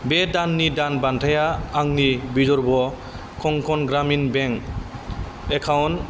बे दाननि दानबान्थाया आंनि बिधर्ग कंकन ग्रामिन बेंक एकाउन्ट